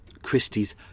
christie's